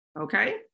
okay